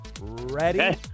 Ready